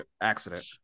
accident